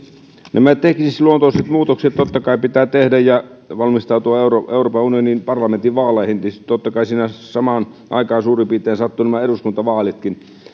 nämä teknisluontoiset muutokset totta kai pitää tehdä ja valmistautua euroopan unionin parlamentin vaaleihin totta kai sinänsä samaan aikaan suurin piirtein sattuvat nämä eduskuntavaalitkin